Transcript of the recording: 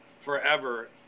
forever